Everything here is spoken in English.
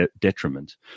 detriment